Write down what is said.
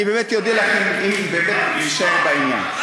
אני באמת אודה לכם אם נישאר בעניין.